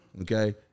Okay